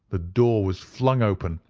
the door was flung open,